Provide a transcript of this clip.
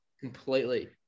Completely